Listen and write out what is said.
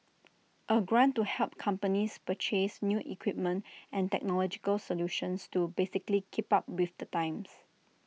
A grant to help companies purchase new equipment and technological solutions to basically keep up with the times